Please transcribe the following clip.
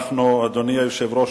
אדוני היושב-ראש,